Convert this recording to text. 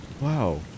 Wow